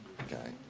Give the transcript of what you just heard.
okay